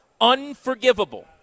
Unforgivable